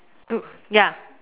two ya